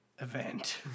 event